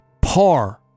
par